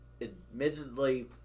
admittedly